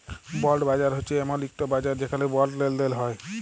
বল্ড বাজার হছে এমল ইকট বাজার যেখালে বল্ড লেলদেল হ্যয়